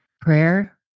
prayer